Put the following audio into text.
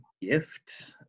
gift